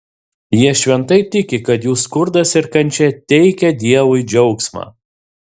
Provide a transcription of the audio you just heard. jie šventai tiki kad jų skurdas ir kančia teikia dievui džiaugsmą